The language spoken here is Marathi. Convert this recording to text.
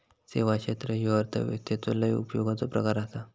सेवा क्षेत्र ह्यो अर्थव्यवस्थेचो लय उपयोगाचो प्रकार आसा